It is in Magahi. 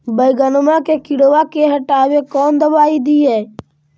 बैगनमा के किड़बा के हटाबे कौन दवाई दीए?